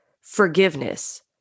forgiveness